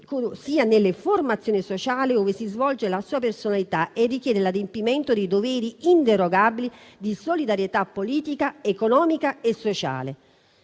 sia nelle formazioni sociali ove si svolge la sua personalità, e richiede l'adempimento dei doveri inderogabili di solidarietà politica, economica e sociale.».